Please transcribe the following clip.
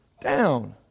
down